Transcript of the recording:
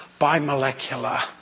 bimolecular